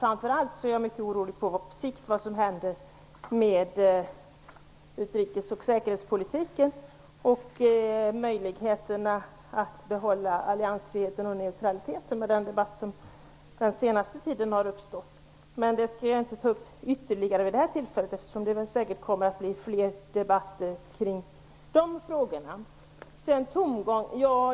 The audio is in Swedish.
Framför allt är jag orolig för vad som händer på sikt med utrikes och säkerhetspolitiken och möjligheterna att kunna behålla alliansfriheten och neutraliteten med tanke på den debatt som har uppstått under den senaste tiden. Men detta skall jag inte ta upp vid det här tillfället eftersom det säkert kommer att bli fler debatter kring dessa frågor. Man talar om tomgång.